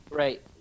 Right